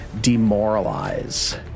demoralize